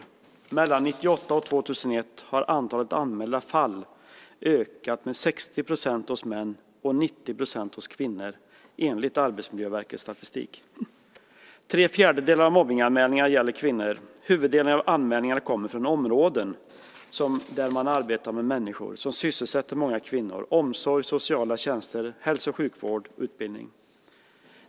Mellan 1998 och 2001 ökade antalet anmälda fall enligt Arbetsmiljöverkets statistik med 60 % bland män och med 90 % bland kvinnor. Tre fjärdedelar av mobbningsanmälningarna gäller kvinnor. Huvuddelen av anmälningarna kommer från områden där man arbetar med människor och som sysselsätter många kvinnor - omsorg, sociala tjänster, hälso och sjukvård, utbildning.